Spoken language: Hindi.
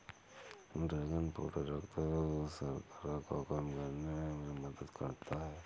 ड्रैगन फ्रूट रक्त शर्करा को कम करने में मदद करता है